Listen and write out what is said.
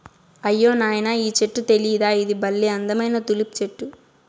అయ్యో నాయనా ఈ చెట్టు తెలీదా ఇది బల్లే అందమైన తులిప్ చెట్టు